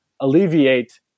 alleviate